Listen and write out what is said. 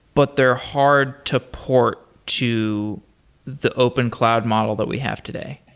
but they're hard to port to the open cloud model that we have today?